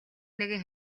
нэгэн